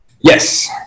Yes